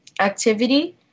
activity